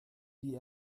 die